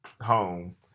home